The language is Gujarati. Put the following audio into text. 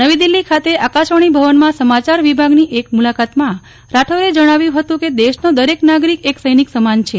નવી દીલ્હી ખાતે આકાશવાજી ભવનમાં સમાચાર વિભાગની એક મૂલાકાતમાં રાઠોરે જણાવ્યું હતું કે દેશનો દરેક નાગરિક એક સૈનિક સમાન છે